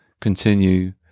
continue